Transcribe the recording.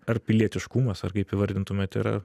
ar pilietiškumas ar kaip įvardintumėt yra